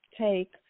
take